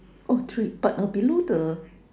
oh three but uh below the